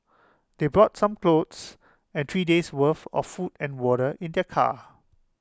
they brought some clothes and three days' worth of food and water in their car